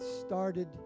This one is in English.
started